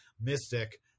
mystic